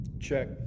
Check